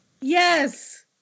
Yes